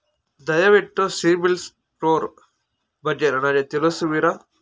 ದಯವಿಟ್ಟು ಸಿಬಿಲ್ ಸ್ಕೋರ್ ಬಗ್ಗೆ ನನಗೆ ತಿಳಿಸುವಿರಾ?